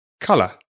color